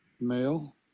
male